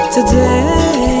Today